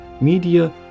media